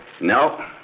No